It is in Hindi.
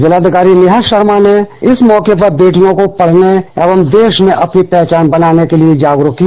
जिलाधिकारी नेहा शर्मा ने इस मौके पर बेटियों को पढ़ने एवं देश में अपनी पहचान बनाने के लिए जागरूक किया